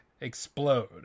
explode